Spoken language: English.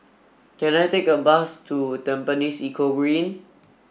can I take a bus to Tampines Eco Green